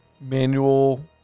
manual